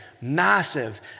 massive